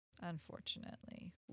Unfortunately